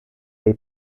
dei